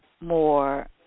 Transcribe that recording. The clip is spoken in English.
more